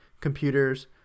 computers